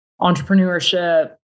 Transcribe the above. entrepreneurship